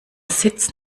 sitz